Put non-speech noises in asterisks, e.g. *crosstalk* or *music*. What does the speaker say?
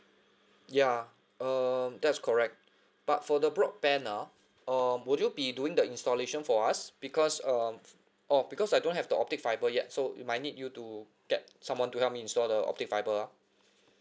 ya uh that's correct *breath* but for the broadband ah um would you be doing the installation for us because um oh because I don't have the optic fibre yet so we might need you to get someone to help me install the optic fibre ah *breath*